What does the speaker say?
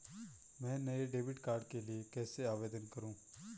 मैं नए debit card के लिए कैसे आवेदन करूं?